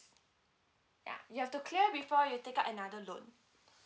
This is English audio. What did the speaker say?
yeah you have to clear before you take up another loan